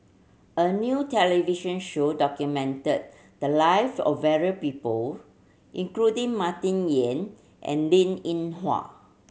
a new television show documented the live of variou people including Martin Yan and Linn In Hua